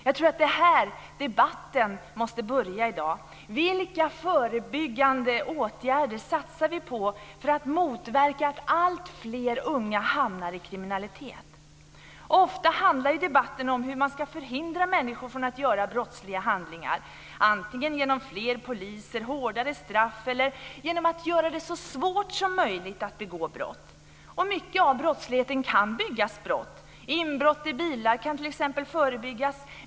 Jag tror att det är här debatten måste börja i dag. Ofta handlar debatten om hur man ska förhindra människor från att begå brottsliga handlingar, antingen genom fler poliser, hårdare straff eller genom att göra det så svårt som möjligt att begå brott. Mycket av brottsligheten kan byggas bort. Inbrott i bilar kan t.ex. förebyggas.